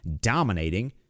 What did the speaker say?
dominating